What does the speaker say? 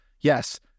yes